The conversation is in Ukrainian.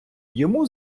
йому